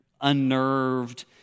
unnerved